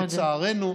לצערנו,